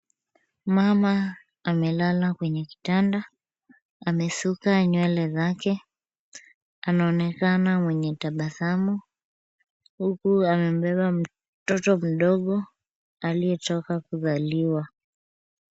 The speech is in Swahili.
Mama amelala kwenye kitanda. Amesuka nywele zake. Anaonekana mwenye tabasamu huku amembeba mtoto mdogo aliyetoka kuzaliwa.